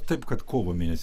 taip kad kovo mėnesį